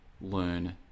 learn